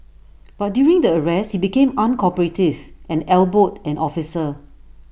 but during the arrest he became uncooperative and elbowed an officer